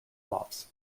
moths